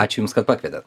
ačiū jums kad pakvietėt